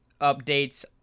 updates